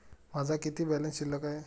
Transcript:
माझा किती बॅलन्स शिल्लक आहे?